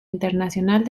internacional